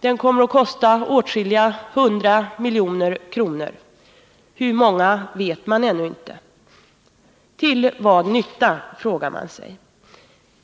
Den kommer att kosta åtskilliga hundra miljoner kronor — hur många vet man ännu inte. Och till vad nytta, frågar man sig.